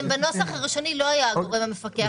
בנוסח הראשוני הם לא היו הגורם המפקח.